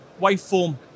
waveform